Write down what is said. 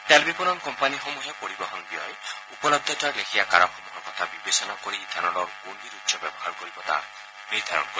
তেল বিপণন কোম্পানীসমূহে পৰিবহণ ব্যয় উপলব্ধতাৰ লেখীয়া কাৰকসমূহৰ কথা বিবেচনা কৰি ইথানলৰ কোনবিধ উৎস ব্যৱহাৰ কৰিব তাক নিৰ্ধাৰণ কৰিব